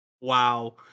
Wow